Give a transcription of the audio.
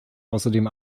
außerdem